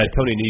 Tony